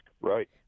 Right